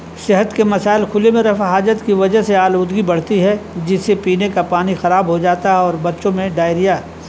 صحت کے مسائل کھلے میں رفع حاجت کی وجہ سے آلودگی بڑھتی ہے جس سے پینے کا پانی خراب ہو جاتا ہے اور بچوں میں ڈائریا